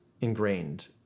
ingrained